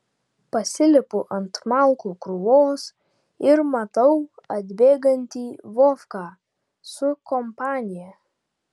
pasilipu ant malkų krūvos ir matau atbėgantį vovką su kompanija